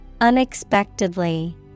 Unexpectedly